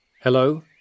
Hello